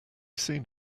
seen